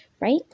Right